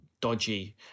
dodgy